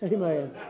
Amen